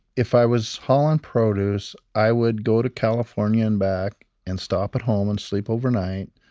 if i was hauling produce, i would go to california and back and stop at home and sleep overnight.